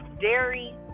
dairy